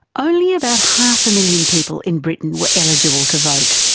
only about half a million people in britain were eligible to vote,